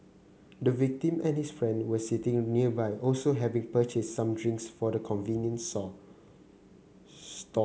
the victim and his friend were sitting nearby also having purchased some drinks from the convenience store